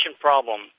problem